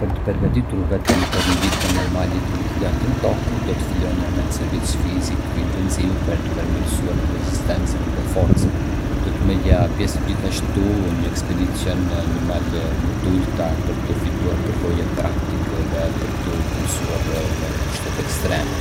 Për të përgatitur veten për ngjitjen e malit më të lartë në Tokë, do të fillonja me një stërvitje fizike intensive për të përmirësuar rezistencën dhe forcën. Do të merrja pjesë gjithashtu në ekspedicione në male më të ulëta për të fituar përvojë praktike dhe për të u mësuar me kushtet ekstreme.